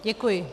Děkuji.